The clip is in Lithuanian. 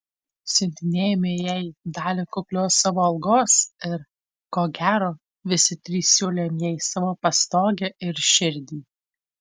siuntinėjome jai dalį kuklios savo algos ir ko gero visi trys siūlėm jai savo pastogę ir širdį